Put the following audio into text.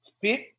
fit